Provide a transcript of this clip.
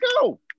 go